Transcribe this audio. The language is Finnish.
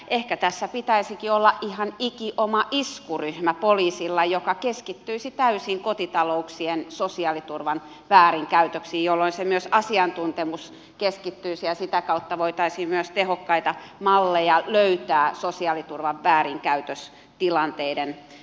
ehkä tässä pitäisikin olla ihan ikioma iskuryhmä poliisilla joka keskittyisi täysin kotitalouksien sosiaaliturvan väärinkäytöksiin jolloin myös se asiantuntemus keskittyisi ja sitä kautta voitaisiin myös tehokkaita malleja löytää sosiaaliturvan väärinkäytöstilanteiden estämiseksi